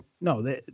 no